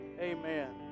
amen